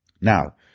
Now